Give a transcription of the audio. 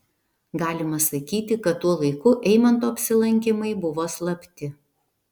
galima sakyti kad tuo laiku eimanto apsilankymai buvo slapti